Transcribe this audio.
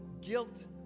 guilt